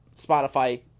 Spotify